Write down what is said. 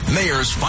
Mayor's